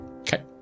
Okay